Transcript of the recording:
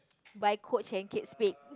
buy Coach and Kate-Spade